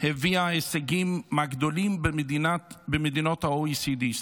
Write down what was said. הביאה הישגים מהגדולים במדינות ה-OECD.